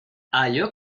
allò